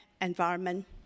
environment